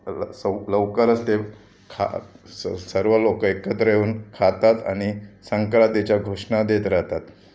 अ ल सौ लवकरच ते खा स सर्व लोकं एकत्र येऊन खातात आणि संक्रातीच्या घोषणा देत राहतात